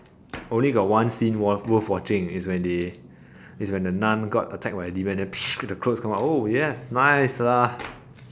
only got one scene worth watching is when they is when the nun got attacked by a demon then the clothes come out oh yes nice lah